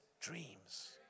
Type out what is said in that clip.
dreams